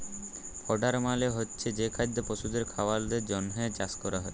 fodder মালে হচ্ছে যে খাদ্য পশুদের খাওয়ালর জন্হে চাষ ক্যরা হ্যয়